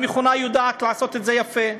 המכונה יודעת לעשות את זה יפה.